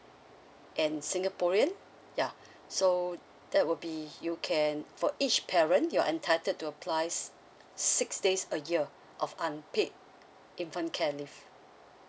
and singaporean ya so that will be you can for each parent you're entitled to applies six days a year of unpaid infant care leave